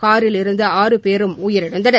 காரிலிருந்த ஆறு பேரும் உயிரிழந்தனர்